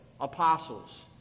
apostles